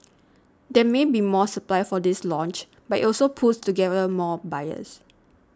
there may be more supply for this launch but it also pools together more buyers